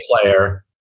player